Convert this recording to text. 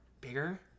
bigger